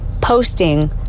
posting